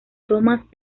thomas